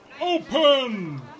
open